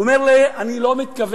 הוא אומר לי: אני לא מתכוון